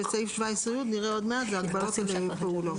וסעיף 17י שנראה עוד מעט זה הגבלות על פעולות.